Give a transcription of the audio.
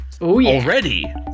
already